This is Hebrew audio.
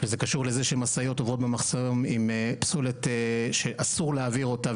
וזה קשור לזה שמשאיות עוברות במחסומים עם פסולת שאסור להעביר אותה,